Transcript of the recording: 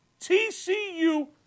TCU